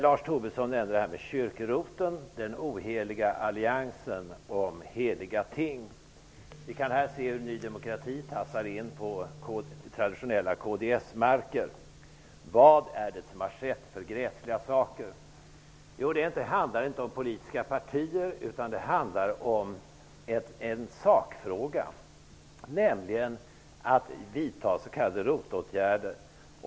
Lars Tobisson nämnde kyrk-ROT -- den oheliga alliansen om heliga ting. Vi kan här se hur Ny demokrati tassar in på traditionella kds-marker. Vilka gräsliga saker är det som har skett? Det handlar inte om politiska partier utan om en sakfråga, nämligen om att vidta s.k. ROT-åtgärder.